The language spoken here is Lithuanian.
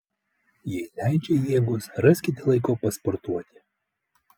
jei leidžia jėgos raskite laiko pasportuoti